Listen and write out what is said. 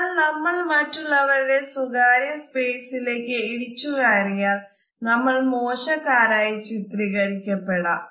എന്നാൽ നമ്മൾ മറ്റുള്ളവരുടെ സ്വകാര്യ സ്പേസിലേക് ഇടിച്ചു കയറിയാൽ നമ്മൾ മോശക്കാരായി ചിത്രീകരിക്കപ്പെടാം